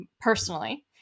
personally